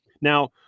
Now